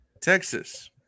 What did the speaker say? Texas